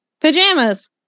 pajamas